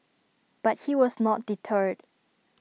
but he was not deterred